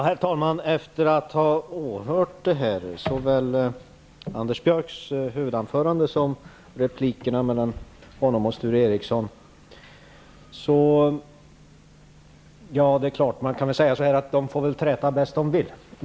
Herr talman! Efter att ha åhört såväl Anders Björcks huvudanförande som replikskiftet mellan honom och Sture Ericson skulle jag vilja säga att de får träta bäst de vill.